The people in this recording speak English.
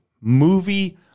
movie